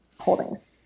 holdings